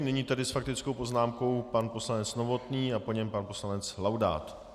Nyní tedy s faktickou poznámkou pan poslanec Novotný a po něm pan poslanec Laudát.